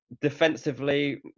defensively